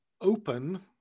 open